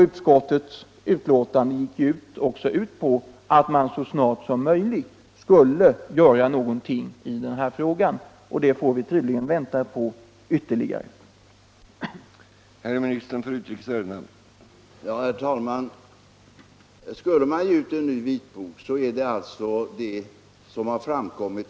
Utskottets betänkande gick ju också ut på att man så snart som möjligt skulle göra någonting i frågan — men det får vi tydligen vänta på ytterligare en tid.